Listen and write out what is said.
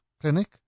clinic